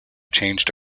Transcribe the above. changed